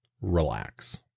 Relax